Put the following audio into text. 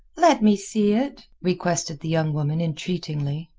let me see it, requested the young woman, entreatingly.